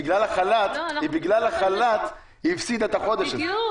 בגלל החל"ת היא הפסידה את החודש הזה.